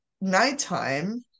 nighttime